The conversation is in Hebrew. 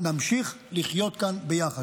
נמשיך לחיות כאן ביחד.